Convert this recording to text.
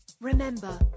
Remember